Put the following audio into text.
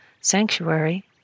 sanctuary